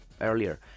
earlier